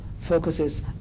focuses